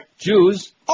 Jews